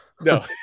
No